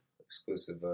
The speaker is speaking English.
exclusive